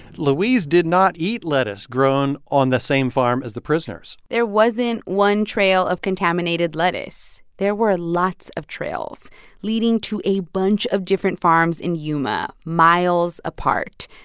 louise did not eat lettuce grown on the same farm as the prisoners there wasn't one trail of contaminated lettuce. there were lots of trails leading to a bunch of different farms in yuma miles apart.